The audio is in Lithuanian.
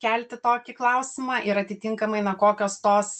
kelti tokį klausimą ir atitinkamai na kokios tos